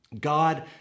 god